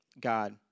God